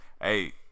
Hey